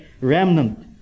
remnant